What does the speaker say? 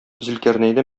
зөлкарнәйне